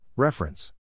Reference